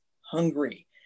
hungry